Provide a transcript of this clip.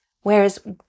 Whereas